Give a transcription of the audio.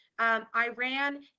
Iran